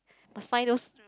must find those